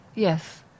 Yes